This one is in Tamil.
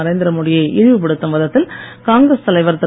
நரேந்திரமோடி யை இழிப்படுத்தும் விதத்தில் காங்கிரஸ் தலைவர் திரு